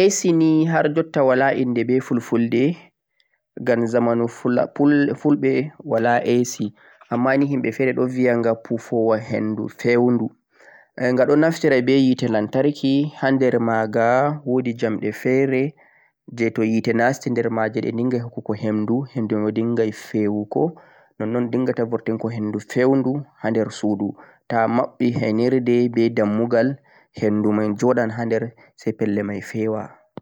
AC nei haar jotta wala inde be fulfulde gham zamani fulbe wala AC amma nei yimbe fere vie yamgha fuufoowan henduu feyyenduu en ghadon naftira hite lantarki hander magha woodi jamde fere jee toh hite nasti der majee e'dinghai hite henduu hende mo dinghai fewugho non-non dinghata burtongho henduu fewduu haader suudu taa babbi heyerde be dammughal henduu mein joodan hander sai fellei mei fewaa